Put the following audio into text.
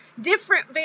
Different